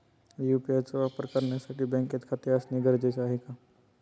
UPI चा वापर करण्यासाठी बँकेत खाते असणे गरजेचे आहे का?